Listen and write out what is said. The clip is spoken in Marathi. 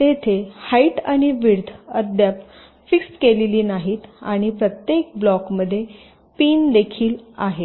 तेथे हाईट आणि विड्थ अद्याप फिक्स्ड केलेली नाहीत आणि प्रत्येक ब्लॉकमध्ये पिन देखील आहेत